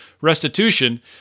restitution